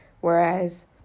whereas